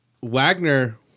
Wagner